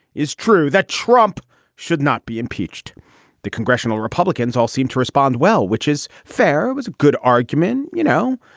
is true, that trump should not be impeached the congressional republicans all seem to respond well, which is fair was a good argument. you know,